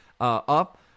up